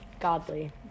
godly